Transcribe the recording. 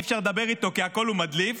אי-אפשר לדבר איתו כי הכול הוא מדליף,